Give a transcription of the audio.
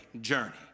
journey